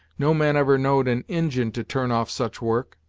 no man ever know'd an injin to turn off such work.